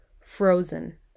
frozen